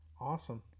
awesome